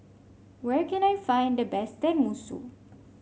where can I find the best Tenmusu